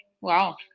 Wow